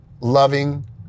loving